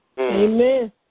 Amen